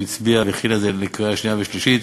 הצביעה והכינה את זה לקריאה שנייה ושלשיית.